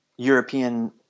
European